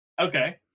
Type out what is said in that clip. Okay